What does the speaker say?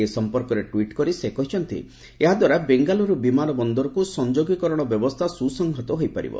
ଏ ସମ୍ପର୍କରେ ଟ୍ୱିଟ୍ କରି ସେ କହିଛନ୍ତି ଏହାଦ୍ୱାରା ବେଙ୍ଗାଲ୍ତର୍ ବିମାନ ବନ୍ଦରକୁ ସଂଯୋଗୀକରଣ ବ୍ୟବସ୍ଥା ସ୍ରସଂହତ ହୋଇପାରିବ